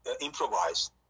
improvised